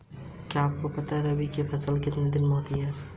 ऋण अनुमान क्या है?